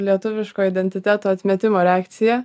lietuviško identiteto atmetimo reakcija